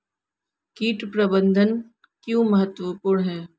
कीट प्रबंधन क्यों महत्वपूर्ण है?